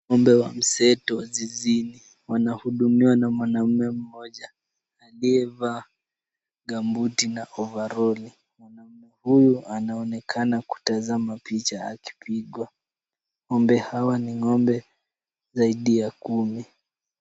Ng'ombe wa mseto zizini wanahudumiwa na mwanaume mmoja aliyevaa gambuti na ovaroli. Mwanaume huyu anaonekana kutazama picha akipigwa.Ng'ombe hawa ni ng'ombe zaidi ya kumi.